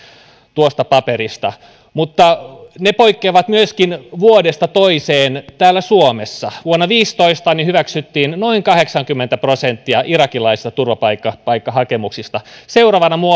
tuosta paperista mutta ne poikkeavat vuodesta toiseen myöskin täällä suomessa vuonna kaksituhattaviisitoista hyväksyttiin noin kahdeksankymmentä prosenttia irakilaisten turvapaikkahakemuksista seuraavana